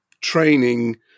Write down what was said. training